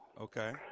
Okay